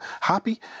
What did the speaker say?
happy